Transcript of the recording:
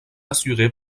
assurée